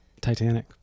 Titanic